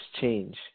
change